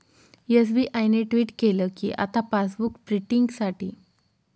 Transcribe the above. SBI ने tweet केल कीआता पासबुक प्रिंटींगसाठी लांबलचक रंगांमध्ये उभे राहण्याची गरज नाही पडणार